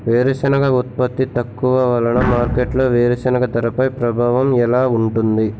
వేరుసెనగ ఉత్పత్తి తక్కువ వలన మార్కెట్లో వేరుసెనగ ధరపై ప్రభావం ఎలా ఉంటుంది?